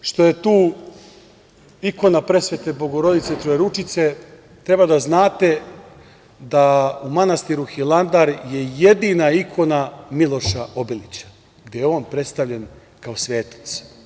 Osim što je tu ikona Presvete Bogorodice Trojeručice, treba da znate da u manastiru Hilandar je jedina ikona Miloša Obilića gde on predstavljen kao svetac.